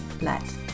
let